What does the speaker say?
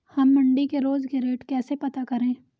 हम मंडी के रोज के रेट कैसे पता करें?